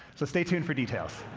so stay tuned for details.